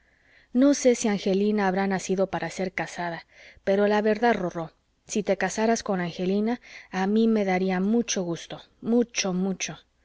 no sé si angelina habrá nacido para ser casada pero la verdad rorró si te casaras con angelina a mí me daría mucho gusto mucho mucho